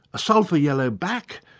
a sulphur yellow back,